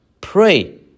Pray